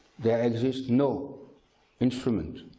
there exist no instrument